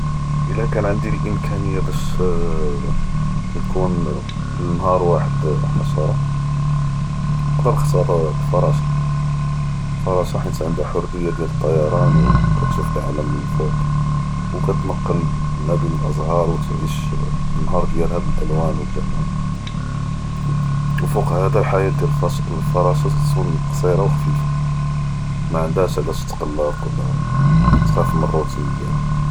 אלא כאן ענדי אלאימכאניה באש אאא ניכון אחד וחד אחשרה, נקדר נכ’תאר אלפרשה, אלפרשה חית ענדה חריה דיאל אלטיראן, או כתשוף אלעאלם מן פו, ו כתנקל מא בין אלעזאר ו תעיש נהאר דיאלהא באלאלואן ו אלג’מאל, ו פו האדא אלחיאה דיאל פאש אלפרשה תתון קצירה ו ח’פיפה, מענדהאאש עלאש תתקלק ולא, תחהף מן אלרוטין.